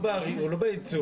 הוא לא בייצור.